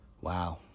wow